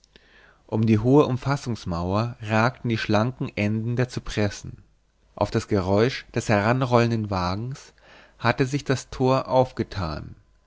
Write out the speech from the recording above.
über die hohe umfassungsmauer ragten die schlanken enden der zypressen auf das geräusch des heranrollenden wagens hatte sich das tor aufgetan